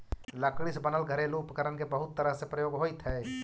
लकड़ी से बनल घरेलू उपकरण के बहुत तरह से प्रयोग होइत हइ